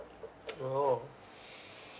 oh